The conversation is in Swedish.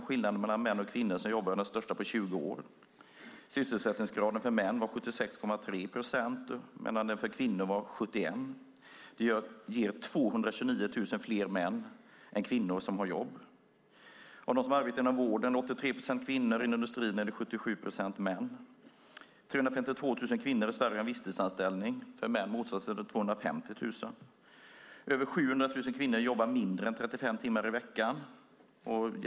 Skillnaden mellan män och kvinnor som jobbar är den största på 20 år. Sysselsättningsgraden för män var 76,3 procent, medan den var 71 procent för kvinnor. Det betyder att 229 000 fler män än kvinnor har jobb. Av dem som arbetar inom vården är 83 procent kvinnor. Inom industrin är det 77 procent män. 352 000 kvinnor i Sverige har visstidsanställning. Bland männen är det 250 000 som har det. Över 700 000 kvinnor jobbar mindre än 35 timmar i veckan.